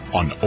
on